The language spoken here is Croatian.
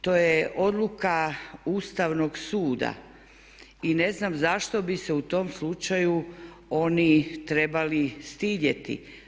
To je odluka Ustavnog suda i ne znam zašto bi se u tom slučaju oni trebali stidjeti.